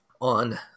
on